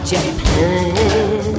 Japan